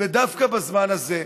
ודווקא בזמן הזה,